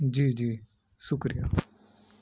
جی جی شکریہ